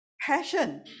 passion